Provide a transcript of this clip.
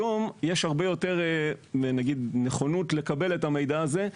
היום יש הרבה יותר נכונות לקבל את המידע הזה,